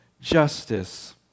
justice